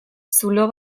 zulo